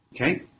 Okay